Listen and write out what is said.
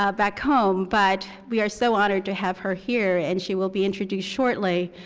ah back home, but we are so honored to have her here and she will be introduced shortly.